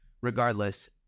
regardless